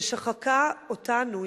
ששחקה אותנו,